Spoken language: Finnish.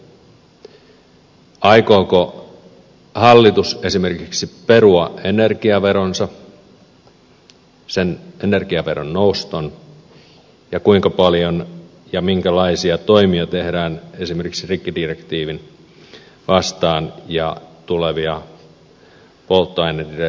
aikooko hallitus esimerkiksi perua sen energiaveron noston ja kuinka paljon ja minkälaisia toimia tehdään esimerkiksi rikkidirektiiviä vastaan ja tulevia polttoainedirektiivejä silmällä pitäen